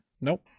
Nope